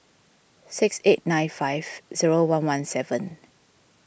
six eight nine five zero one one seven